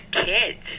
kids